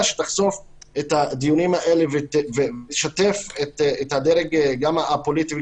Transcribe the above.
שתחשוף את הדיונים האלה ותשתף את הדרג הפוליטי,